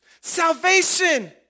salvation